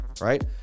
right